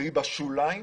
תמצאי בשוליים